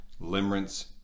limerence